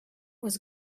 was